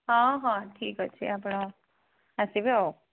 ହଁ ହଁ ଠିକ୍ ଅଛି ଆପଣ ଆସିବେ ଆଉ